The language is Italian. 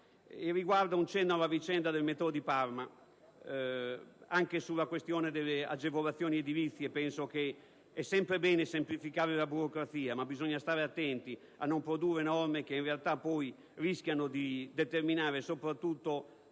dibattito anche le proposte di emendamento. Anche sulla questione delle agevolazioni edilizie penso che è sempre bene semplificare la burocrazia, ma bisogna stare attenti a non produrre norme che in realtà rischiano di determinare, soprattutto